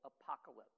apocalypse